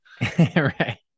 right